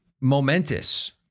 momentous